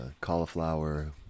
cauliflower